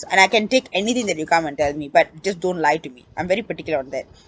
and I can take anything that you come and tell me but just don't lie to me I'm very particular on that